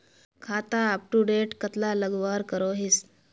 खाता अपटूडेट कतला लगवार करोहीस?